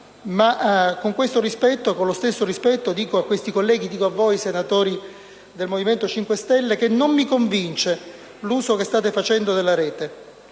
è venuta a creare. Con lo stesso rispetto dico però ai colleghi, a voi senatori del Movimento 5 Stelle, che non mi convince l'uso che state facendo della Rete.